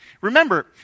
Remember